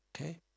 Okay